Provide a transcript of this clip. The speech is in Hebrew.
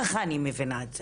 ככה אני מבינה את זה.